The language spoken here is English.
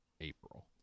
April